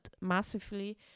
massively